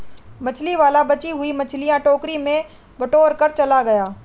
मछली वाला बची हुई मछलियां टोकरी में बटोरकर चला गया